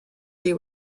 they